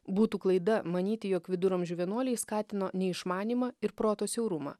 būtų klaida manyti jog viduramžių vienuoliai skatino neišmanymą ir proto siaurumą